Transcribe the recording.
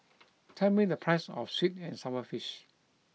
tell me the price of Sweet and Sour Fish